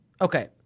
Okay